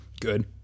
Good